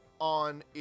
on